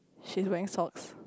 she's wearing socks